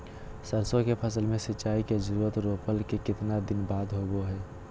सरसों के फसल में सिंचाई के जरूरत रोपला के कितना दिन बाद होबो हय?